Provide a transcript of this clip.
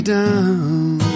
down